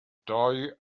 doe